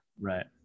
Right